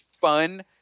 fun